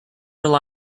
rely